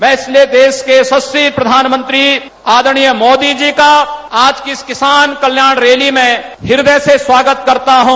मैं इसलिए देश के यशस्वी प्रधानमंत्री आदरणीय मोदी जी का आज के इस किसान कल्याण रैली में हृदय से स्वागत करता हूँ